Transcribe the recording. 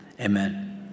Amen